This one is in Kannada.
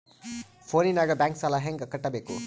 ಫೋನಿನಾಗ ಬ್ಯಾಂಕ್ ಸಾಲ ಹೆಂಗ ಕಟ್ಟಬೇಕು?